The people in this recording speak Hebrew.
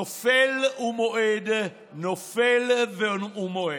נופל ומועד, נופל ומועד.